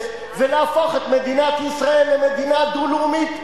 ולהפוך את מדינת ישראל למדינה דו-לאומית.